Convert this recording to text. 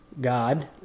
God